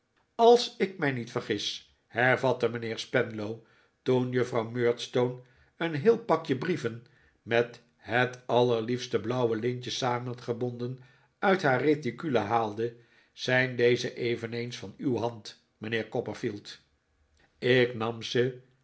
als ik mij niet vergis hervatte mijnheer spenlow toen juffrouw murdstone een heel pakje brieven met het allerliefste blauwe lintje samengebonden uit haar reticule haalde zijn deze eveneens van uw hand mijnheer copperfield ik nam ze